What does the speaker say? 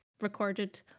recorded